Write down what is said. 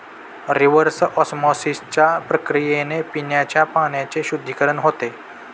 reverse ऑस्मॉसिसच्या प्रक्रियेने पिण्याच्या पाण्याचे शुद्धीकरण होते